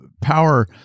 power